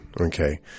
okay